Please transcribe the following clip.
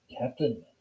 Captain